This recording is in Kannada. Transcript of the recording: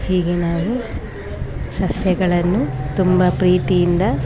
ಹೀಗೆ ನಾವು ಸಸ್ಯಗಳನ್ನು ತುಂಬ ಪ್ರೀತಿಯಿಂದ